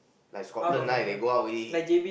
like Scotland right they go out already